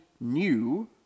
new